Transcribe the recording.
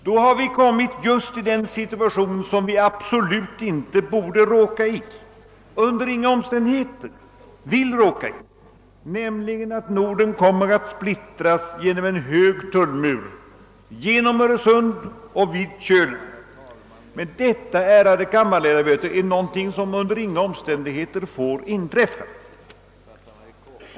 Då har vi hamnat i just den situation som vi inte borde och under inga omständigheter vill råka i, nämligen att Norden kommer att splittras av en hög tullmur genom Öresund och vid Kölen. Men detta, ärade kammarledamöter, är någonting som under inga omständigheter får inträffa.